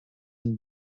and